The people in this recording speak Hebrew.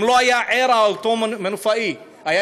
אם אותו מנופאי לא היה ער,